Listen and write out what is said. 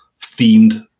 themed